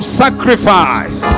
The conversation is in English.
sacrifice